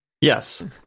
yes